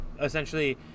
essentially